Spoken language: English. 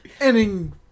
Ending